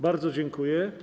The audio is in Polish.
Bardzo dziękuję.